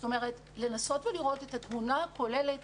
זאת אומרת, לנסות ולראות את התמונה הכוללת,